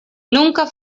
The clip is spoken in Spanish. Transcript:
nunca